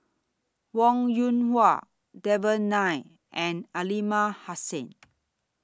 Wong Yoon Wah Devan Nair and Aliman Hassan